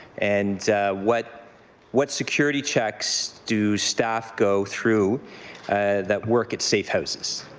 and what what security checks do staff go through that work at safe houses?